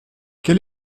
quel